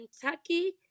Kentucky